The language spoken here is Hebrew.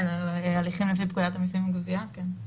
כן, הליכים לפי פקודת המיסים וגבייה, כן.